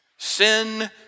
Sin